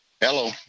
Hello